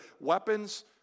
weapons